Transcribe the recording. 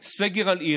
סגר על עיר,